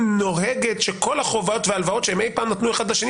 נוהגת שכל החובות וההלוואות שהם אי פעם נתנו אחד לשני,